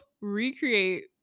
recreate